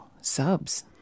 subs